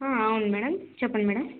అవును మేడం చెప్పండి మేడం